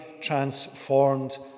transformed